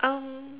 um